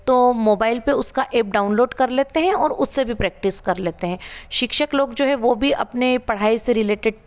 तो मोबाईल पर उसका एप डाउनलोड कर लेते हैं और उससे भी प्रैक्टिस कर लेते हैं शिक्षक लोग जो है वो भी अपने पढ़ाई से रिलेटेड